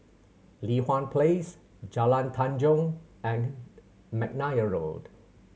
Li Hwan Place Jalan Tanjong and McNair Road